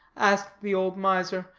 asked the old miser,